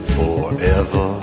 forever